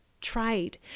trade